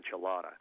enchilada